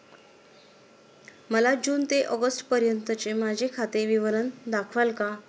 मला जून ते ऑगस्टपर्यंतचे माझे खाते विवरण दाखवाल का?